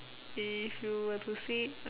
if you were to say uh